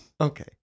Okay